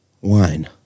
Wine